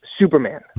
Superman